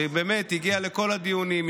שבאמת הגיע לכל הדיונים.